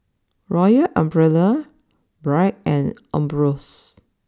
Royal Umbrella Bragg and Ambros